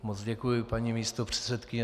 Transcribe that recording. Moc děkuji, paní místopředsedkyně.